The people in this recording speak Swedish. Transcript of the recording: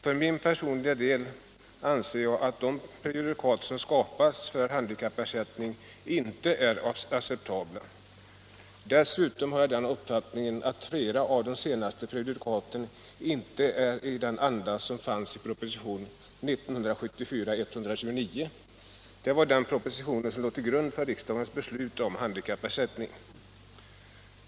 För min personliga del anser jag att de prejudikat som skapats för handikappersättning inte är acceptabla. Dessutom har jag den uppfattningen att flera av de senaste prejudikaten inte motsvarar andan i propositionen 1974:129, dvs. den proposition som låg till grund för riksdagens beslut om handikappersättningen.